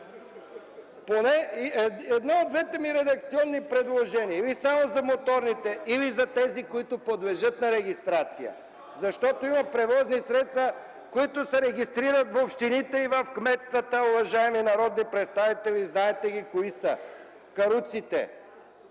поне едно от двете ми редакционни предложения – или за „моторните”, или за тези, които подлежат на регистрация. Защото има превозни средства, които се регистрират в общините и кметствата. Уважаеми народни представители, знаете кои са – каруците!